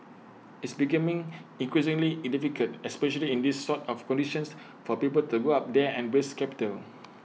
it's becoming increasingly in difficult especially in these sort of conditions for people to go up there and raise capital